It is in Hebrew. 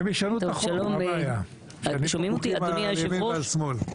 אדוני היושב-ראש,